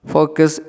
Focus